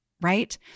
right